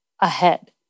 ahead